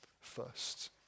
first